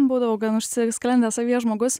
būdavau gan užsisklendęs savyje žmogus